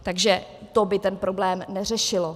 Takže to by ten problém neřešilo.